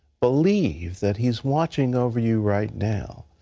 believe that he is watching over you right now.